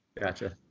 Gotcha